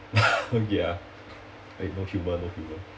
ya eh no humour no humour